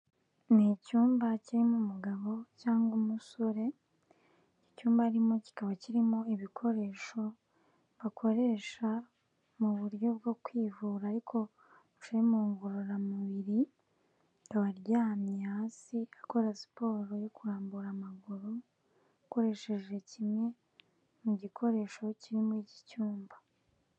Ni icyumba kirimo umugabo cyangwa umusore, icyumba arimo kikaba kirimo ibikoresho bakoresha mu buryo bwo kwivura ariko buciye mu ngororamubiri, akaba aryamye hasi akora siporo yo kurambura amaguru, akoresheje kimwe mu gikoresho kiri muri iki cyumba.